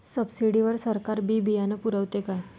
Subsidy वर सरकार बी बियानं पुरवते का?